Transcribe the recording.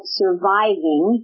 surviving